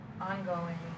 ongoing